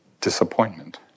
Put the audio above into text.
disappointment